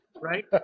Right